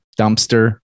dumpster